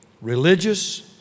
religious